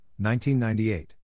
1998